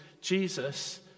Jesus